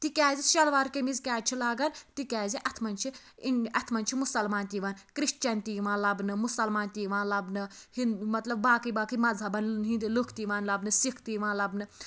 تِکیٛازِ شَلوار قمیٖض کیٛازِ چھِ لاگان تِکیٛازِ اتھ مَنٛز چھِ اِنڈ اتھ مَنٛز چھِ مُسَلمان تہِ یِوان کرٛسچَن تہِ یِوان لَبنہٕ مُسَلمان تہِ یِوان لَبنہٕ ہِند مَطلَب باقٕے باقٕے مَذہَبَن ہٕنٛدۍ لُکھ تہِ یِوان لَبنہٕ سِکھ تہِ یِوان لَبنہٕ